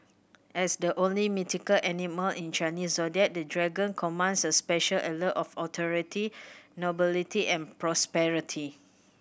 as the only mythical animal in Chinese Zodiac the Dragon commands a special allure of authority nobility and prosperity